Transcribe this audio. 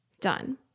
Done